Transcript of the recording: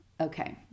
Okay